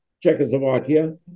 Czechoslovakia